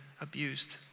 abused